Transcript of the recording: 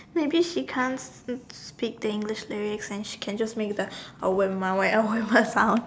maybe she can't speak the English lyrics and she can just make the sound